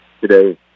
today